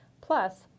Plus